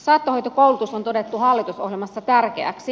saattohoitokoulutus on todettu hallitusohjelmassa tärkeäksi